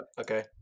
Okay